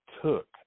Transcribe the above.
took